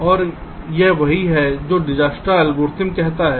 और यह वही है जो दिज्क्स्ता का एल्गोरिदम करता है